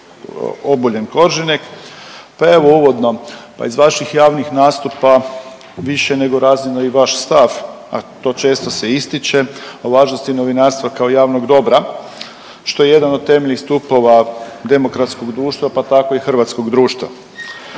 Pa evo uvodno, pa iz vaših javnih nastupa više nego razvidno i vaš stav, a to često se ističe o važnosti novinarstva kao javnog dobra što je jedan od temeljnih stupova demokratskog društva pa tako i hrvatskog društva.